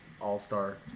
all-star